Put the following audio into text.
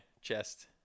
chest